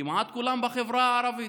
כמעט כולם בחברה הערבית.